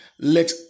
let